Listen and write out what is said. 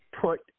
put